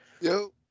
Yo